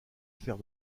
faire